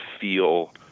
feel